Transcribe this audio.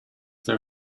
their